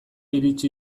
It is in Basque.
iritsi